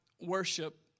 worship